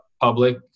public